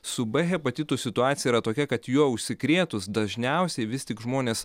su b hepatitu situacija yra tokia kad juo užsikrėtus dažniausiai vis tik žmonės